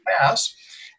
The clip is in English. pass